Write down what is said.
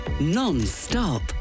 non-stop